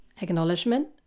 acknowledgement